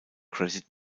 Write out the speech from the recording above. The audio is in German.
credit